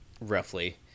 roughly